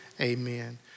amen